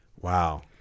Wow